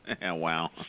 Wow